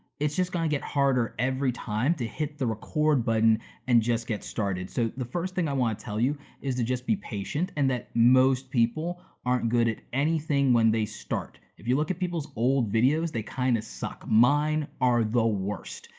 it's just gonna get harder every time to hit the record button and just get started, so the first thing i wanna tell you is to just be patient, and that most people aren't good at anything when they start. if you look at people's old videos, they kinda kind of suck. mine are the worst.